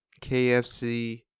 KFC